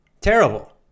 terrible